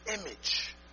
image